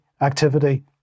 activity